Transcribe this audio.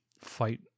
fight